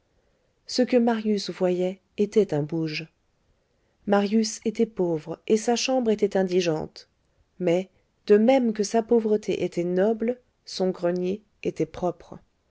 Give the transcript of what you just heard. ce que marius voyait était un bouge marius était pauvre et sa chambre était indigente mais de même que sa pauvreté était noble son grenier était propre